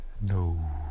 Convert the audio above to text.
No